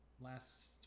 last